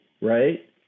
Right